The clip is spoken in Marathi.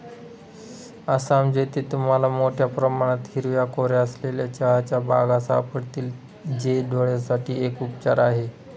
आसाम, जिथे तुम्हाला मोठया प्रमाणात हिरव्या कोऱ्या असलेल्या चहाच्या बागा सापडतील, जे डोळयांसाठी एक उपचार आहे